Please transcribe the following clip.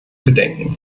gedenken